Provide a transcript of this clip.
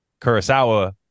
Kurosawa